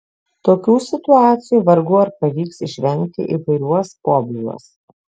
tokių situacijų vargu ar pavyks išvengti įvairiuos pobūviuos